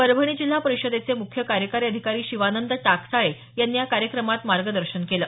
परभणी जिल्हा परिषदेचे मुख्य कार्यकारी अधिकारी शिवानंद टाकसाळे यांनी या कार्यक्रमात मार्गदर्शन केलं